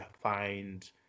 find